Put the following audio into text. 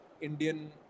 Indian